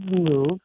move